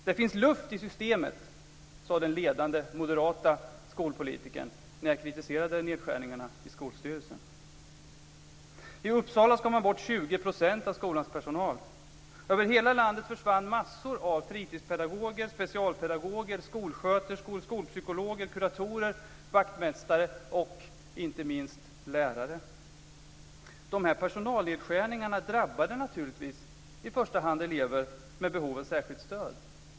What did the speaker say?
Det finns luft i systemet, sade den ledande moderate skolpolitikern, när jag kritiserade nedskärningarna i skolstyrelsen. I Uppsala skar man bort 20 % av skolans personal. Över hela landet försvann en massa fritidspedagoger, specialpedagoger, skolsköterskor, skolpsykologer, kuratorer, vaktmästare och, inte minst, lärare. De här personalnedskärningarna drabbade naturligtvis i första hand elever med behov av särskilt stöd.